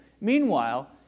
Meanwhile